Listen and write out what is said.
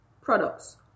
products